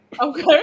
Okay